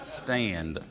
stand